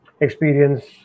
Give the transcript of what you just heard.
experience